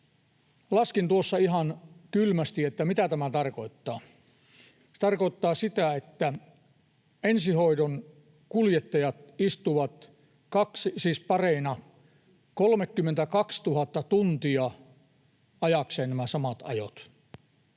Laskin tuossa ihan kylmästi, mitä tämä tarkoittaa: se tarkoittaa sitä, että ensihoidon kuljettajat istuvat pareina 32 000 tuntia ajaakseen nämä samat ajot